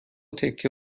تکه